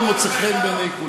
אתה מבשל בימי רביעי?